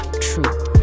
True